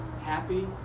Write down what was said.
Happy